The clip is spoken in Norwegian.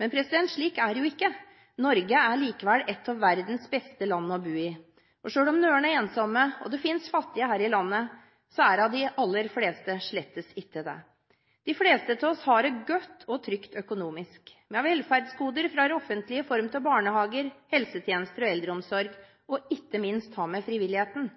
Men slik er det jo ikke. Norge er likevel et av verdens beste land å bo i. Og selv om noen er ensomme og det finnes fattige her i landet, er da de aller fleste slett ikke det. De fleste av oss har det godt og trygt økonomisk. Vi har velferdsgoder fra det offentlige i form av barnehager, helsetjenester og eldreomsorg – og ikke minst har vi frivilligheten.